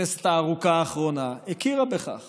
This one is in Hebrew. הכנסת הארוכה האחרונה, הכירה בכך